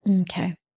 okay